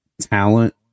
talent